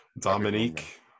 Dominique